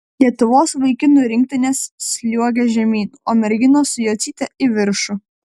lietuvos vaikinų rinktinės sliuogia žemyn o merginos su jocyte į viršų